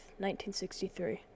1963